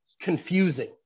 confusing